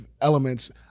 elements